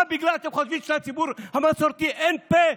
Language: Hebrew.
מה, אתם חושבים שלציבור המסורתי אין פה?